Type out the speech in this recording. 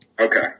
Okay